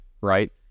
right